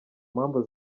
mpamvu